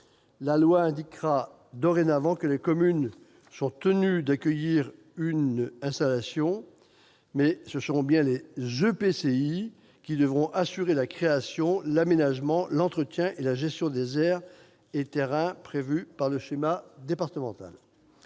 La loi indiquera dorénavant que les communes sont tenues d'accueillir une installation, mais ce seront bien les EPCI qui devront assurer la création, l'aménagement, l'entretien et la gestion des aires et terrains prévus par le schéma départemental.